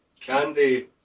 Candy